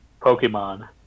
Pokemon